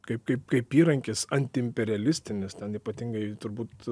kaip kaip kaip įrankis ant imperialistinės ten ypatingai turbūt